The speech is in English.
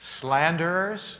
slanderers